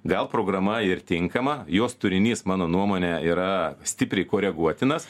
gal programa ir tinkama jos turinys mano nuomone yra stipriai koreguotinas